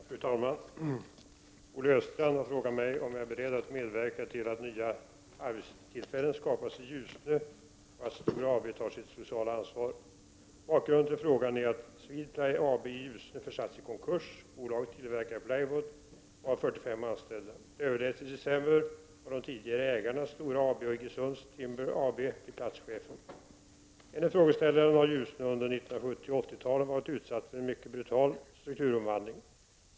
Fru talman! Olle Östrand har frågat mig om jag är beredd att medverka till att nya arbetstillfällen skapas i Ljusne och att Stora tar sitt sociala ansvar. Bakgrunden till frågan är att Swedplay AB i Ljusne försatts i konkurs. Bolaget tillverkar plywood och har 45 anställda. Det överläts i december av de tidigare ägarna Stora AB och Iggesund Timber AB till platschefen. Enligt frågeställaren har Ljusne under 1970 och 80-talen varit utsatt för en mycket brutal strukturomvandling.